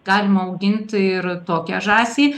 galima augint ir tokią žąsį